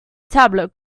tablet